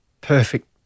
perfect